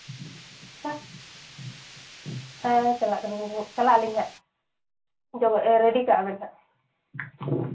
ᱦᱮᱸ ᱪᱟᱞᱟᱜ ᱠᱟᱱᱟᱞᱤᱧ ᱦᱟᱜ ᱪᱟᱞᱟᱜ ᱟᱹᱞᱤᱧ ᱦᱟᱜ ᱡᱚ ᱨᱮᱰᱤ ᱠᱟᱜ ᱵᱮᱱ ᱦᱟᱜ